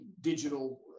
digital